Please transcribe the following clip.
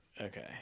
Okay